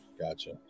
Gotcha